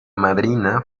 madrina